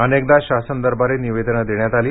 अनेकदा शासन दरबारी निवेदने देण्यात आली